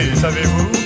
savez-vous